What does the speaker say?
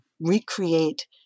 recreate